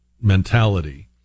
mentality